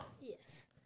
Yes